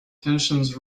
tensions